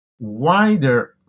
wider